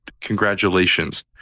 congratulations